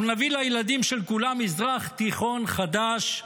--- אנחנו נביא לילדים של כולם --- מזרח תיכון חדש,